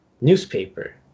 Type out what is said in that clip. newspaper